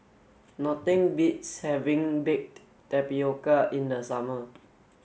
nothing beats having baked tapioca in the summer